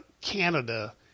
Canada